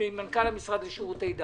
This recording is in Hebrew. מנכ"ל המשרד לשירותי דת,